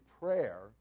prayer